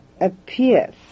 appears